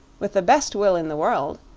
with the best will in the world,